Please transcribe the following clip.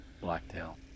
Blacktail